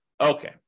Okay